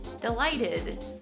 delighted